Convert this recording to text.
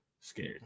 Scared